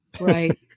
Right